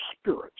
spirits